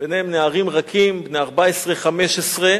בהם נערים רכים בני 14 15,